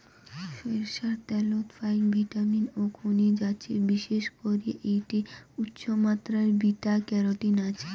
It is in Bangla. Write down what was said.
সইরষার ত্যালত ফাইক ভিটামিন ও খনিজ আছে, বিশেষ করি এ্যাইটে উচ্চমাত্রার বিটা ক্যারোটিন আছে